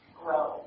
grow